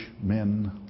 men